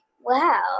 wow